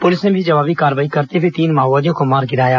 police ने भी जवाबी कार्रवाई करते हुए तीन माओवादियों को मार गिराया